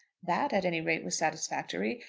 that, at any rate, was satisfactory.